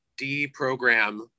deprogram